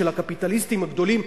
של הקפיטליסטים הגדולים,